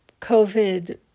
COVID